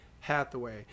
Hathaway